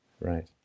right